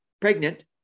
pregnant